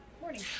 Morning